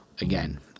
again